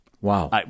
Wow